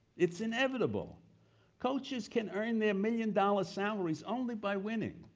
it's inevitable coaches can earn their million dollar salaries only by winning,